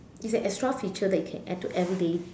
it's an extra feature that you can add to everyday